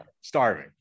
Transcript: starving